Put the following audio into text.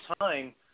time